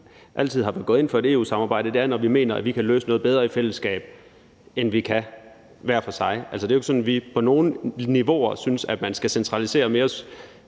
altid er gået ind for et EU-samarbejde, er der, hvor vi mener vi kan løse noget bedre i fællesskab, end vi kan hver for sig. Det er jo ikke sådan, at vi på nogen niveauer synes, at man skal centralisere mere